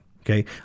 okay